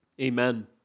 amen